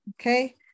Okay